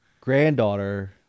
granddaughter